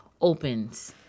opens